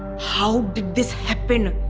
how did this happen?